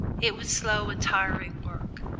it was slow and tiring work,